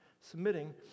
submitting